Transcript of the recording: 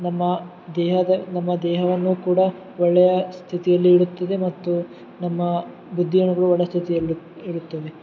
ನಮ್ಮ ದೇಹದ ನಮ್ಮ ದೇಹವನ್ನು ಕೂಡ ಒಳ್ಳೆಯ ಸ್ಥಿತಿಯಲ್ಲಿ ಇಡುತ್ತದೆ ಮತ್ತು ನಮ್ಮ ಬುದ್ದಿಯನ್ನು ಕೂಡ ಒಳ್ಳೆ ಸ್ಥಿತಿಯಲ್ಲಿ ಇರುತ್ತದೆ